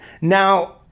Now